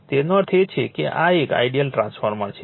તેનો અર્થ એ છે કે આ એક આઇડીઅલ ટ્રાન્સફોર્મર છે